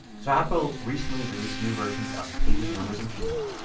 so apple recently released new versions of pages, numbers, and keynote.